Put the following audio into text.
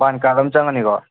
card ꯑꯃ ꯆꯪꯒꯅꯤꯀꯣ